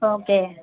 okay